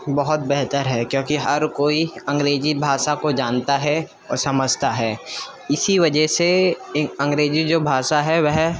بہت بہتر ہے کیونکہ ہر کوئی انگریزی بھاشا کو جانتا ہے اور سمجھتا ہے اسی وجہ سے انگریزی جو بھاشا ہے وہ